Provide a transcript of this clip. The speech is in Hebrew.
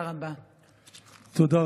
מה קרה לנו במנהיגות